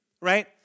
right